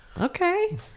Okay